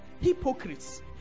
hypocrites